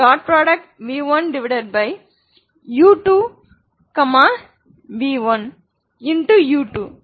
v1 v1